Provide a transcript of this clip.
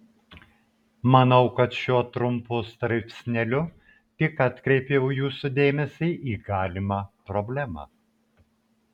manau kad šiuo trumpu straipsneliu tik atkreipiau jūsų dėmesį į galimą problemą